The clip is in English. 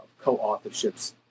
co-authorships